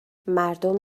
مردم